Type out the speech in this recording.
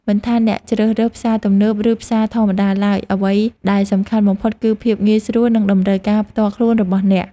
មិនថាអ្នកជ្រើសរើសផ្សារទំនើបឬផ្សារធម្មតាឡើយអ្វីដែលសំខាន់បំផុតគឺភាពងាយស្រួលនិងតម្រូវការផ្ទាល់ខ្លួនរបស់អ្នក។